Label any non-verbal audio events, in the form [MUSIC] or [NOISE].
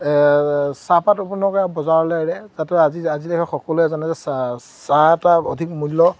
চাহপাত [UNINTELLIGIBLE] বজাৰলৈ যাতে আজি আজিলৈকে সকলোৱে জানে যে চাহ চাহ এটা অধিক মূল্য